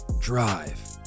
drive